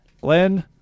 Glenn